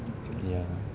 ya